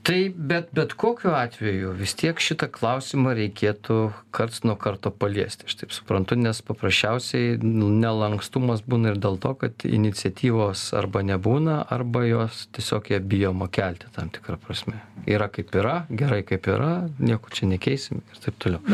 tai bet bet kokiu atveju vis tiek šitą klausimą reikėtų karts nuo karto paliesti aš taip suprantu nes paprasčiausiai nelankstumas būna ir dėl to kad iniciatyvos arba nebūna arba jos tiesiog ją bijoma kelti tam tikra prasme yra kaip yra gerai kaip yra nieko čia nekeisim ir taip toliau